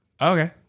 Okay